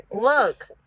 look